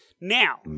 Now